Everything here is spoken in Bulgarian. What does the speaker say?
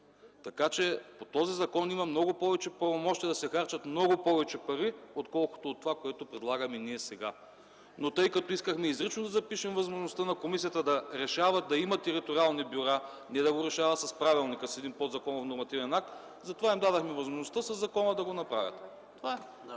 Така че по този закон има много повече пълномощия да се харчат много повече пари, отколкото това, което предлагаме ние сега. Тъй като обаче искахме изрично да запишем възможността на комисията да решава да има териториални бюра, не да го решава с правилника си – един подзаконов нормативен акт, затова дадохме възможност със закона да го направят. Това е.